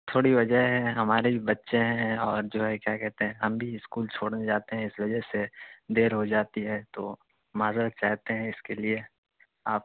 تھوڑی وجہ ہے ہمارے بھی بچے ہیں اور جو ہے کیا کہتے ہیں ہم بھی اسکول چھوڑنے جاتے ہیں اس وجہ سے دیر ہو جاتی ہے تو معذرت چاہتے ہیں اس کے لیے آپ